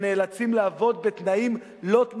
שנאלצים לעבוד בתנאים-לא-תנאים.